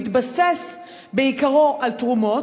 מתבסס בעיקרו על תרומות,